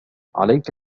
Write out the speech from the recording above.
عليك